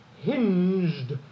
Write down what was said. hinged